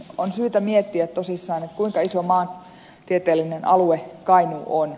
on syytä miettiä tosissaan kuinka iso maantieteellinen alue kainuu on